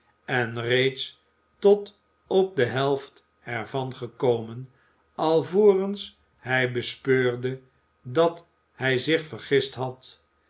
en reeds tot op de helft er van gekomen alvorens hij bespeurde dat hij zich vergist had